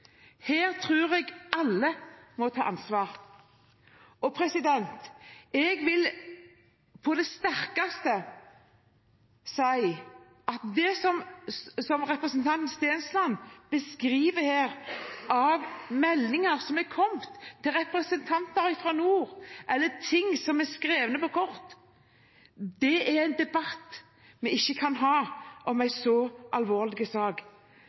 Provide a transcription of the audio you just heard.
Her tror jeg alle må ta ansvar. Jeg vil på det sterkeste si om det som representanten Stensland beskrev her, om meldinger som er kommet til representanter fra nord, eller ting som er skrevet på kort, at det er en type debatt vi ikke kan ha om en så alvorlig sak.